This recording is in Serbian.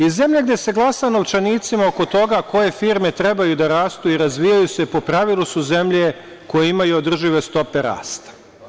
Iz zemlje gde se glasa novčanicima oko toga koje firme treba da rastu i razvijaju se, po pravilu su zemlje koje imaju održive stope rasta.